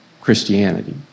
Christianity